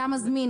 אתה מזמין